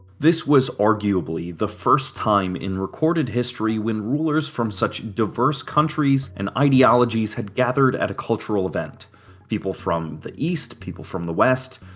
this was arguably the first time in recorded history when rulers from such diverse countries and ideologies had gathered at a culture event people from east, people from the west,